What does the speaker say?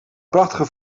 prachtige